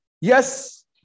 Yes